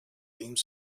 theme